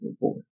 boy